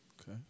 Okay